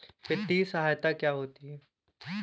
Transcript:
वित्तीय सहायता क्या होती है?